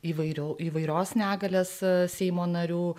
įvairių įvairios negalės seimo narių